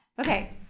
Okay